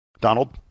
Donald